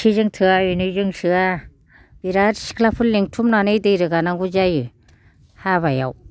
एसेजों थोआ एनैजों थोआ बिराद सिख्लाफोर लिंथुमनानै दै रोगानांगौ जायो हाबायाव